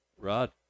Rod